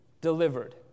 delivered